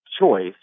choice